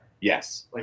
Yes